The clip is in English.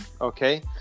Okay